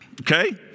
Okay